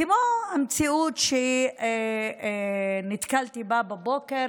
כמו המציאות שנתקלתי בה בבוקר,